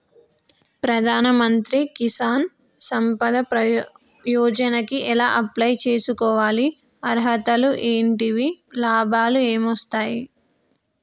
ప్రధాన మంత్రి కిసాన్ సంపద యోజన కి ఎలా అప్లయ్ చేసుకోవాలి? అర్హతలు ఏంటివి? లాభాలు ఏమొస్తాయి?